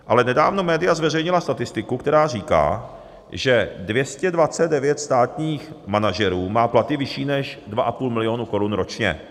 Ale nedávno média zveřejnila statistiku, která říká, že 229 státních manažerů má platy vyšší než 2,5 milionu korun ročně.